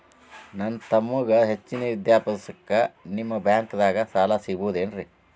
ನನ್ನ ತಮ್ಮಗ ಹೆಚ್ಚಿನ ವಿದ್ಯಾಭ್ಯಾಸಕ್ಕ ನಿಮ್ಮ ಬ್ಯಾಂಕ್ ದಾಗ ಸಾಲ ಸಿಗಬಹುದೇನ್ರಿ?